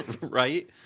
Right